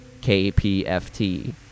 KPFT